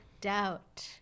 doubt